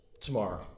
tomorrow